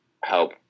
help